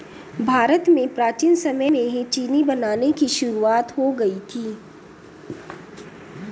भारत में प्राचीन समय में ही चीनी बनाने की शुरुआत हो गयी थी